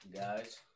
guys